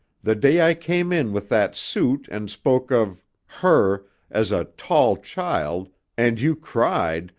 the day i came in with that suit and spoke of her as a tall child and you cried,